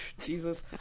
Jesus